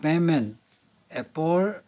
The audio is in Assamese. পে'মেণ্ট এপৰ